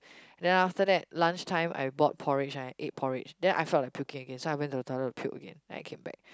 then after that lunchtime I bought porridge and I ate porridge then I felt like puking again so I went to the toilet to puke then I came back